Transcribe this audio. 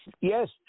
Yes